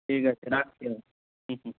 ঠিক আছে রাখছি হুম হুম